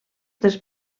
dels